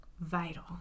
vital